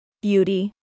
Beauty